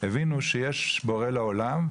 הבינו שיש בורא לעולם,